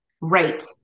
Right